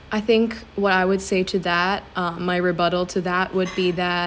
I think what I would say to that uh my rebuttal to that would be that